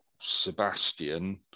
Sebastian